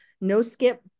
no-skip